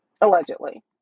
Allegedly